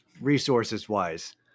resources-wise